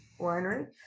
winery